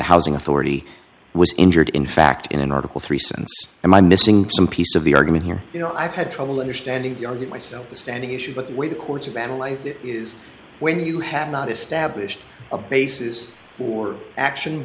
the housing authority was injured in fact in an article three sense and my missing some piece of the argument here you know i've had trouble understanding that myself the standing issue but the way the courts have analyzed it is when you have not established a basis for action